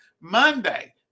Monday